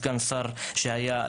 סגן השר שהיה,